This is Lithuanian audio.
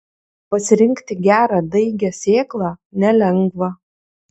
pasirinkti gerą daigią sėklą nelengva